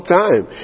time